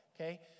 okay